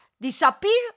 disappear